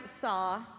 saw